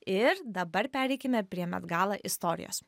ir dabar pereikime prie met gala istorijos